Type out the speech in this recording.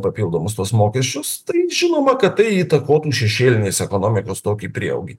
papildomus tuos mokesčius tai žinoma kad tai įtakotų šešėlinės ekonomikos tokį prieaugį